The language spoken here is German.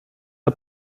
der